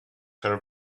her